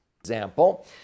Example